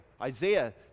Isaiah